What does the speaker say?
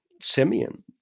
Simeon